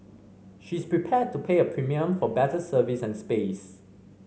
she is prepared to pay a premium for better service and space